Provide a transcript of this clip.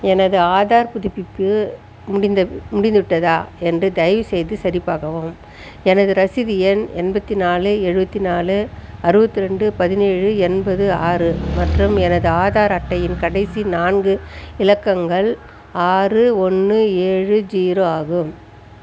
எனது ஆதார் புதுப்பிப்பு முடிந்த முடித்துவிட்டதா என்று தயவுசெய்து சரிபார்க்கவும் எனது ரசீது எண் எண்பத்தி நாலு எழுபத்தி நாலு அறுபத்தி ரெண்டு பதினேழு எண்பது ஆறு மற்றும் எனது ஆதார் அட்டையின் கடைசி நான்கு இலக்கங்கள் ஆறு ஒன்று ஏழு ஜீரோ ஆகும்